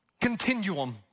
continuum